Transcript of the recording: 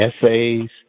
essays